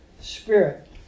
spirit